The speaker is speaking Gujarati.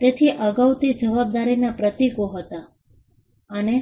તેથી અગાઉ તે જવાબદારીનાં પ્રતીકો હતા અને